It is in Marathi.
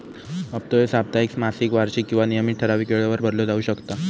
हप्तो ह्यो साप्ताहिक, मासिक, वार्षिक किंवा नियमित ठरावीक वेळेवर भरलो जाउ शकता